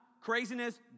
craziness